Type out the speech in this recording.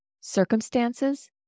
Circumstances